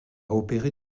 opérer